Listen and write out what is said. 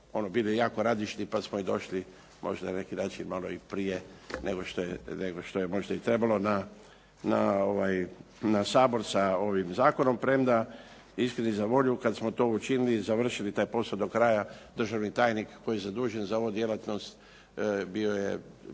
ono malo bili jako radišni, pa smo došli možda na neki način prije nego što je možda i trebalo na Sabor sa ovim zakonom. Premda istini za volju kada smo to učinili, završili taj posao do kraja, državni tajnik koji je zadužen za ovu djelatnost bio je